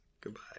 goodbye